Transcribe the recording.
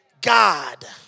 God